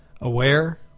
aware